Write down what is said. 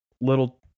little